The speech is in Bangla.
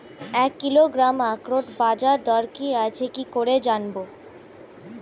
এক কিলোগ্রাম আখরোটের বাজারদর কি আছে কি করে জানবো?